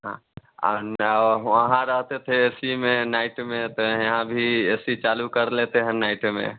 हाँ आह नव वहाँ रहते थे ए सी में नाईट में तो यहाँ भी ए सी चालू कर लेते हैं नाईट में